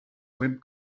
web